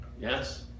Yes